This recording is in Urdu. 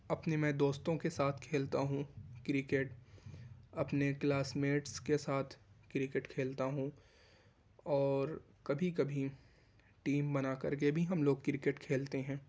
اپنے میں دوستوں کے ساتھ کھیلتا ہوں کرکٹ اپںے کلاس میٹس کے ساتھ کرکٹ کھیلتا ہوں اور کبھی کبھی ٹیم بنا کر کے بھی ہم لوگ کرکٹ کھیلتے ہیں